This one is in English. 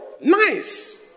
Nice